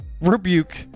rebuke